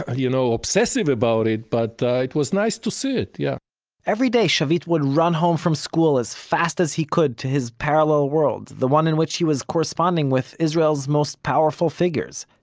ah you know, obsessive about it, but it was nice to see it, yeah every day shavit would run home from school as fast as he could, to his parallel world, the one in which he was corresponding with israel's most powerful figures.